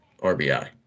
RBI